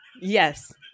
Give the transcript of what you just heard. Yes